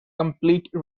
complete